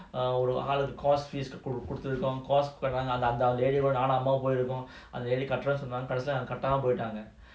err ஒருஆளு:oru aalu the cost fees கொடுத்துருக்கோம்:koduthurukom cost நானும்அம்மாவும்போயிருக்கோம்அந்த:nanum ammavum poirukom andha lady கட்டறோம்னுசொன்னாங்ககடைசிலகட்டாமபோய்ட்டாங்க:katromnu sonnanga kadaisila kattama poitanga